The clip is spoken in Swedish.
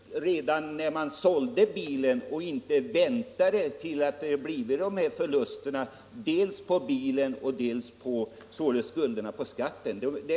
Herr talman! Redan när man säljer bilen får man väl kontrollera detta förhållande och inte vänta tills man drabbas av förluster — dels på bilen, dels i form av skatteskulder.